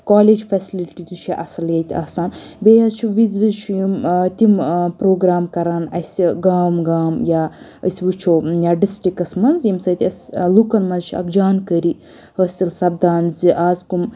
college facility تہِ چھِ اصٕل ییٚتہِ آسان بیٚیہِ حظ چھِ وِزِ وِزِ چھ یِم تِم پروگَرام کَران اَسہِ گام گام یا أسۍ وٕچھو ڈِسٹرکَس منٛز ییٚمہِ سٟتۍ اسہِ لُکن منٛز چھِ اَکھ جانکٲری حٲصِل سَپدان زِ آز کُم